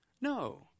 No